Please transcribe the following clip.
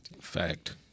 Fact